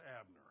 Abner